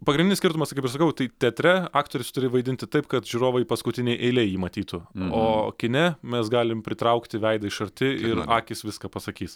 pagrindinis skirtumas kaip ir sakau tai teatre aktorius turi vaidinti taip kad žiūrovai paskutinėj eilėj jį matytų o kine mes galim pritraukti veidą iš arti ir akys viską pasakys